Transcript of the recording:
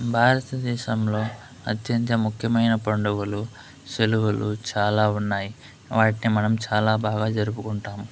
భారతదేశంలో అత్యంత ముఖ్యమైన పండుగలు సెలవులు చాలా ఉన్నాయి వాటిని మనం చాలా బాగా జరుపుకుంటాం